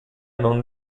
non